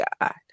god